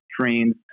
trains